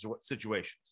situations